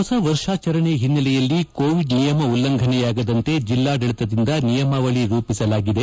ಹೊಸ ವರ್ಷಾಚರಣೆ ಹಿನ್ನೆಲೆಯಲ್ಲಿ ಕೋವಿಡ್ ನಿಯಮ ಉಲ್ಲಂಘನೆಯಾಗದಂತೆ ಜಿಲ್ಲಾದಳಿತದಿಂದ ನಿಯಮಾವಳಿ ರೂಪಿಸಲಾಗಿದೆ